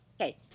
Okay